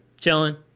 Chilling